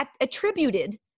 attributed